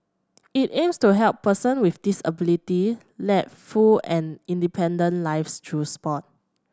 it aims to help person with disability led full and independent lives through sport